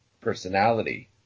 personality